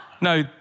No